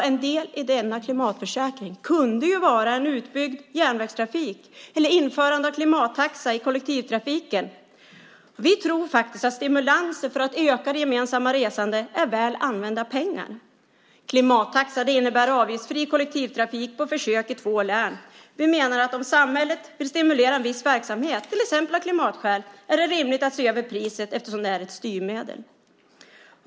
En del i klimatförsäkringen skulle kunna vara en utbyggd järnvägstrafik eller ett införande av klimattaxa i kollektivtrafiken. Vi tror att stimulanser för att öka det gemensamma resandet är väl använda pengar. Klimattaxa innebär avgiftsfri kollektivtrafik på försök i två län. Vi menar att om samhället vill stimulera en viss verksamhet, till exempel av klimatskäl, är det rimligt att se över priset eftersom det är ett styrmedel.